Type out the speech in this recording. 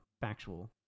factual